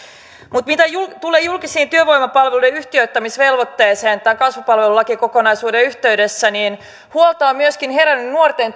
mutta mitä tulee julkisten työvoimapalveluiden yhtiöittämisvelvoitteeseen tämän kasvupalvelulakikokonaisuuden yhteydessä niin huoli on herännyt myöskin nuorten